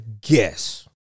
guess